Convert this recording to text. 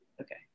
Okay